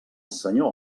senyor